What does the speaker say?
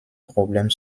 problem